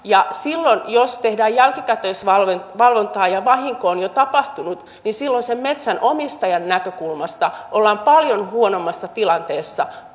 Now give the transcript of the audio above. silloin jos tehdään jälkikäteisvalvontaa ja vahinko on jo tapahtunut metsänomistajan näkökulmasta ollaan paljon huonommassa tilanteessa